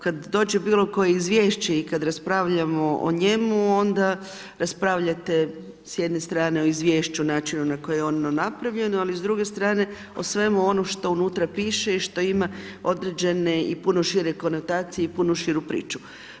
Kad dođe bilo koje Izvješće i kada raspravljamo o njemu, onda raspravljate, s jedne strane o Izvješću, načinu na koje je ono napravljeno, ali s druge strane o svemu onom što unutra piše i što ima određene i puno šire konotacije, i puno širu priču.